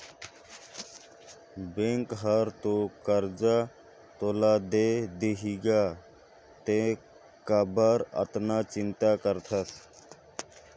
bank हर तो करजा तोला दे देहीगा तें काबर अतना चिंता करथस